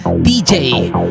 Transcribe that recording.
DJ